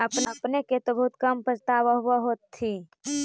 अपने के तो बहुते कम बचतबा होब होथिं?